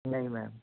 ਨਹੀਂ ਮੈਮ